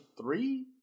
three